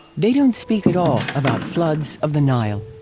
they don't speak at all about floods of the nile.